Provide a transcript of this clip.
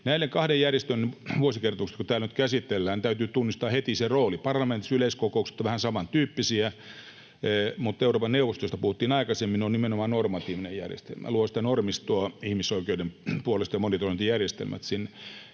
Näiden kahden järjestön vuosikertomukset kun täällä nyt käsitellään, täytyy tunnistaa heti ne roolit: Parlamentaariset yleiskokoukset ovat vähän samantyyppisiä, mutta kun Euroopan neuvostosta puhuttiin aikaisemmin, se on nimenomaan normatiivinen järjestelmä, luo normistoa ihmisoikeuksien puolesta ja monitorointijärjestelmät sinne.